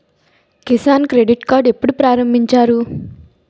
Kisan credit card ఎప్పుడు ప్రారంభించారు?